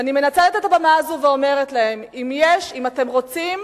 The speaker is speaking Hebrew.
ואני מנצלת את הבמה הזו ואומרת להם: אם אתם רוצים